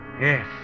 Yes